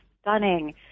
stunning